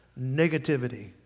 negativity